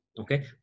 Okay